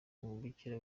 umubikira